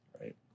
right